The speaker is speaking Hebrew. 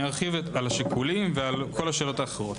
ארחיב על השיקולים ועל כל השאלות האחרות.